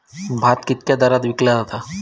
भात कित्क्या दरात विकला जा?